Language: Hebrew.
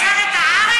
תוצרת הארץ,